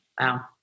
Wow